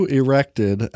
erected